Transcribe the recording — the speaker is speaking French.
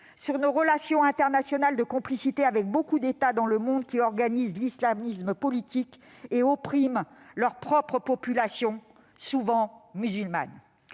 sur nos relations internationales de complicité avec de nombreux États dans le monde qui organisent l'islamisme politique et oppriment leur propre population, souvent musulmane.